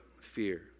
fear